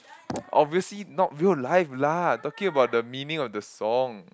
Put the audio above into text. obviously not real life lah talking about the meaning of the song